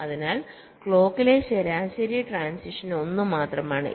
അതിനാൽ ഒരു ക്ലോക്കിലെ ശരാശരി ട്രാന്സിഷൻ ഒന്നു മാത്രമാണ്